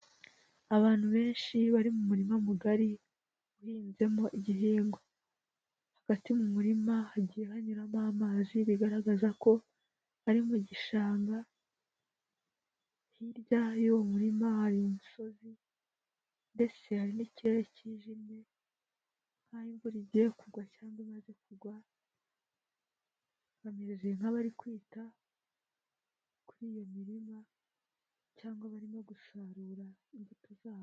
Abantu benshi bari mu murima mugari uhinzemo igihingwa, hagati mu murima hagiye hanyuramo amazi bigaragaza ko ari mu gishanga, hirya y'uwo murima hari imisozi, mbese hari n'ikirere cyijimye, nkaho imvura igiye kugwa cyangwa imaze kugwa, bameze nk'abari kwita kuri iyo mirima, cyangwa barimo gusarura imbuto zabo.